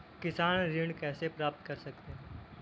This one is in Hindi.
किसान ऋण कैसे प्राप्त कर सकते हैं?